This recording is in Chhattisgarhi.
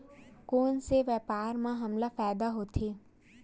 कोन से व्यापार म हमला फ़ायदा होथे?